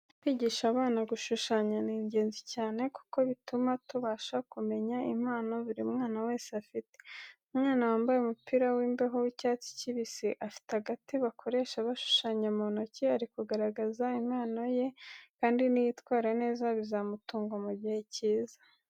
Kwigisha abana gushushanya ni ingenzi cyane kuko bituma tubasha kumenya impano buri mwana wese afite. Umwana wambaye umupira w'imbeho w'icyatsi kibisi, afite agati bakoresha bashushanya mu ntoki, ari kugaragaza impano ye kandi niyitwara neza, bizamutunga mu gihe kiza.